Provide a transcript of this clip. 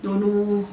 don't know